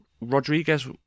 Rodriguez